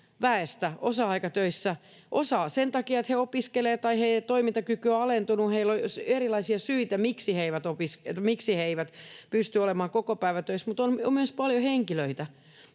väestä osa-aikatöissä, osa sen takia, että he opiskelevat tai heidän toimintakykynsä on alentunut, heillä on erilaisia syitä, miksi he eivät pysty olemaan kokopäivätöissä, mutta on myös paljon henkilöitä,